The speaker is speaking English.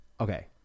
Okay